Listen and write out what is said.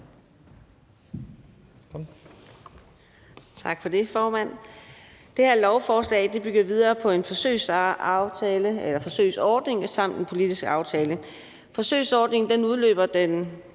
Tak for det, formand. Det her lovforslag bygger jo videre på en forsøgsordning samt en politisk aftale. Forsøgsordningen udløber den